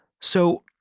so,